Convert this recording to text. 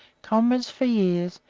comrades for years,